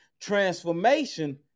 Transformation